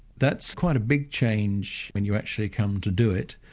that's quite a big change when you actually come to do it.